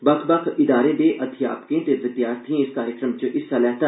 बक्ख बक्ख इदारें दे अध्यापकें ते विद्यार्थिएं इस कार्यक्रम च हिस्सा लैता